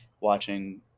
watching